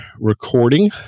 recording